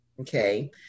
Okay